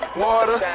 water